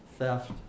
theft